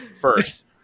First